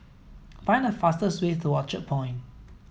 find the fastest way to Orchard Point